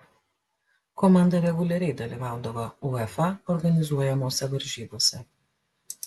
komanda reguliariai dalyvaudavo uefa organizuojamose varžybose